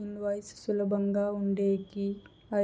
invoice సులభంగా ఉండేకి